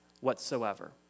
whatsoever